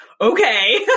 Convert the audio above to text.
okay